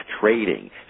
trading